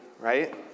right